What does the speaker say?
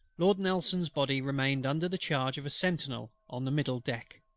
lord nelson's body remained under the charge of a sentinel on the middle deck.